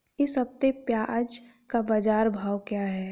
इस हफ्ते प्याज़ का बाज़ार भाव क्या है?